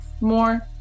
more